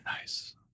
Nice